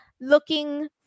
looking